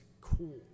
cool